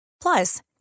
Plus